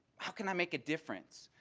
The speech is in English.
how can i make a difference?